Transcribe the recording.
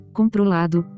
controlado